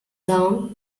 dawn